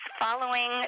following